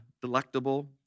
delectable